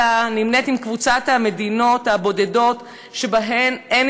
אלא נמנית עם קבוצת המדינות הבודדות שבהן אין